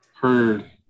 heard